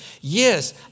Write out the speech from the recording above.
Yes